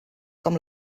com